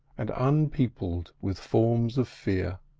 and unpeopled with forms of fear.